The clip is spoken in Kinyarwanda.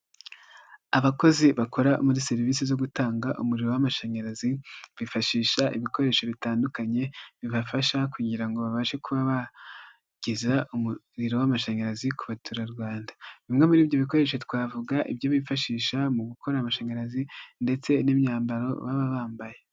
Abakozi bakora muri serivisi zo gutanga umuriro w'amashanyarazi, bifashisha ibikoresho bitandukanye bibafasha kugira babashe kuba bageza umuriro w'amashanyarazi ku baturarwanda, bimwe muri ibyo bikoresho twavuga ibyo bifashisha mu gukora amashanyarazi ndetse n'imyambaro baba bambaye.